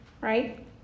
right